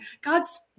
gods